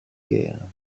guerres